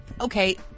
okay